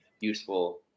useful